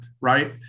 right